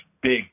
big